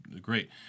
great